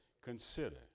consider